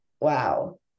wow